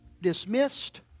Dismissed